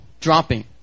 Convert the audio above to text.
dropping